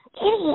Idiot